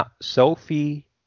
Sophie